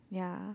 yeah